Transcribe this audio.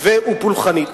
ו/או פולחנית.